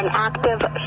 and active